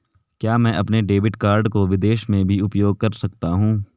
क्या मैं अपने डेबिट कार्ड को विदेश में भी उपयोग कर सकता हूं?